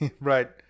Right